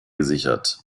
gesichert